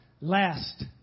last